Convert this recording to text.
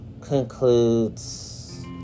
concludes